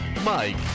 Mike